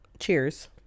Cheers